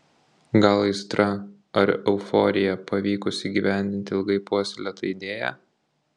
gal aistra ar euforija pavykus įgyvendinti ilgai puoselėtą idėją